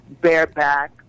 bareback